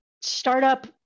startup